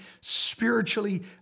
spiritually